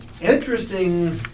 Interesting